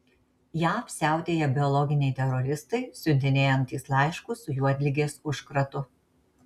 jav siautėja biologiniai teroristai siuntinėjantys laiškus su juodligės užkratu